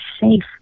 safe